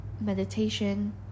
meditation